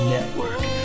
Network